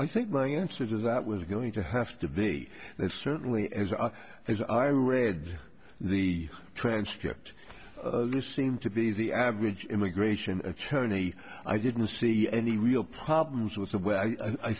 i think my answer to that was going to have to be that's certainly as i read the transcript seem to be the average immigration attorney i didn't see any real problems with the way i